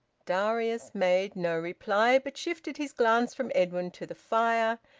darius made no reply, but shifted his glance from edwin to the fire,